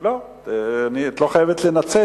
לא, את לא חייבת לנצל.